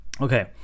Okay